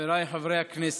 חבריי חברי הכנסת,